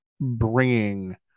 bringing